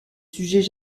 sujets